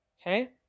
Okay